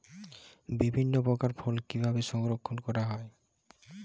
বিভিন্ন প্রকার ফল কিভাবে সংরক্ষণ করা হয়?